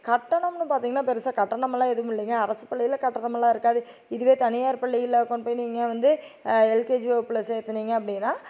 கட்டணம்னு பார்த்தீங்கன்னா பெரிசா கட்டணமெலாம் எதுவும் இல்லைங்க அரசு பள்ளியில் கட்டணமெலாம் இருக்காது இதுவே தனியார் பள்ளியில் கொண்டு போய் நீங்கள் வந்து எல்கேஜி வகுப்பில் சேர்த்துனீங்க அப்படின்னா